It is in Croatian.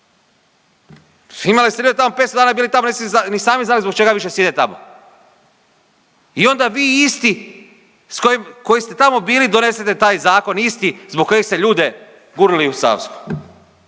razumije./... 500 dana bili tamo, niste ni sami znali zbog čega više sjede tamo. I onda vi isti s kojim, koji ste tamo bili, donesete taj zakon isti zbog kojeg ste ljude gurnuli u Savsku.